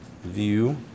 View